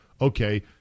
okay